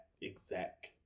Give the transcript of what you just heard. exact